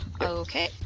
Okay